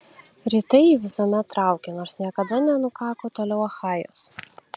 rytai jį visuomet traukė nors niekada nenukako toliau achajos